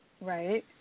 Right